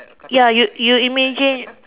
ya you you imagine